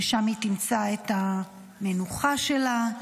ששם היא תמצא את המנוחה שלה.